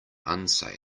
unsay